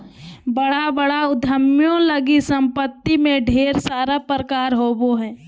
बड़ा बड़ा उद्यमियों लगी सम्पत्ति में ढेर सारा प्रकार होबो हइ